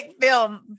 film